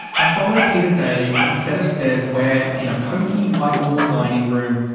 i follow peter daly up a set of stairs where, in a pokey white-walled dining room,